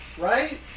right